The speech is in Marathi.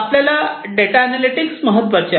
आपल्याला डेटा अनॅलिटिक्स महत्त्वाचे आहे